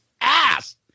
ass